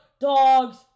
Dogs